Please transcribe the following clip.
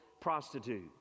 prostitute